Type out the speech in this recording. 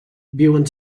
viuen